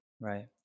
Right